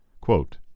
Quote